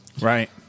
right